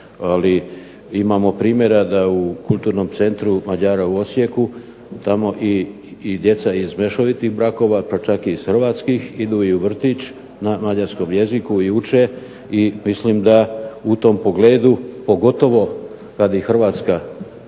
Ali imamo primjera da u Kulturnom centru Mađara u Osijeku tamo i djeca iz mješovitih brakova pa čak i iz hrvatskih idu i u vrtić na mađarskom jeziku i uče. I mislim da u tom pogledu, pogotovo kad i Hrvatska